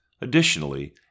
Additionally